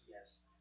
Yes